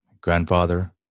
grandfather